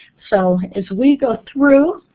so as we go through,